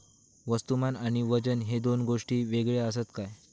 वस्तुमान आणि वजन हे दोन गोष्टी वेगळे आसत काय?